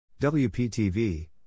WPTV